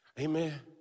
Amen